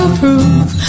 prove